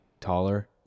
taller